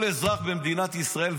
כל אזרח במדינת ישראל,